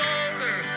older